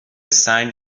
سنگ